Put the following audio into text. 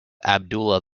abdullah